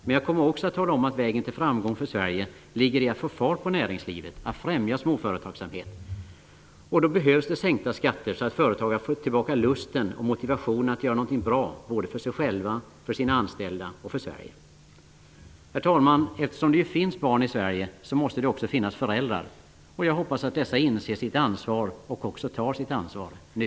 Men jag kommer också att tala om att vägen till framgång för Sverige ligger i att få fart på näringslivet och att främja småföretagsamhet. Då behövs det sänkta skatter så att företagare får tillbaka lusten och motivationen att göra något bra både för sig själva, för sina anställda och för Herr talman! Eftersom det finns barn i Sverige, måste det också finnas föräldrar. Jag hoppas att dessa inser sitt ansvar och tar sitt ansvar nu.